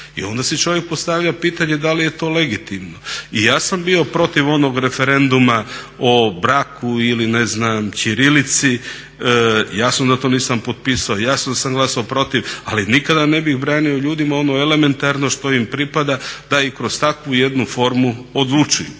i onda si čovjek postavlja pitanje da li je to legitimno. I ja sam bio protiv onog referenduma o brak ili ćirilici, jasno da to nisam potpisao, jasno da sam glasao protiv, ali nikada ne bih branio ljudima ono elementarno što im pripada, da i kroz takvu jednu formu odlučuju,